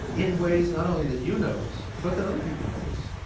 in ways not only that you notice but that other people notice,